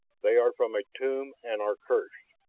they are from a tomb and are cursed,